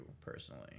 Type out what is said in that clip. personally